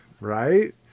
right